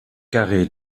carrée